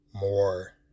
more